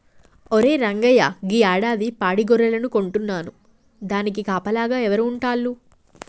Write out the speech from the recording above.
ఒరే రంగయ్య గీ యాడాది పాడి గొర్రెలను కొంటున్నాను దానికి కాపలాగా ఎవరు ఉంటాల్లు